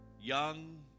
young